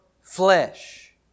Flesh